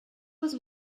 was